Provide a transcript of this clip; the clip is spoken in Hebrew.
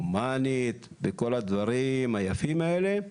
הומנית וכל הדברים היפים האלה,